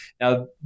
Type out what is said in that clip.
Now